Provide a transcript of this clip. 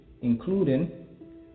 including